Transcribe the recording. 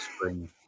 spring